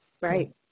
Right